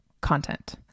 content